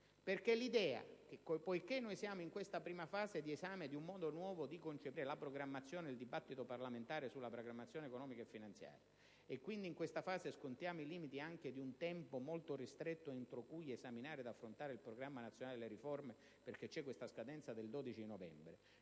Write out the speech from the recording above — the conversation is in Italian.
sede. Il fatto che siamo nella prima fase di esame di un modo nuovo di concepire la programmazione ed il dibattito parlamentare sulla programmazione economica e finanziaria - e quindi scontiamo anche i limiti di un tempo molto ristretto entro cui esaminare ed affrontare il Programma nazionale delle riforme, perché c'è la scadenza del 12 novembre